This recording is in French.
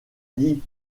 lady